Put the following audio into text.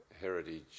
Heritage